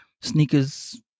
sneakers